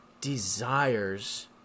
desires